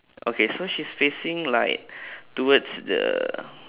okay so she's facing like towards the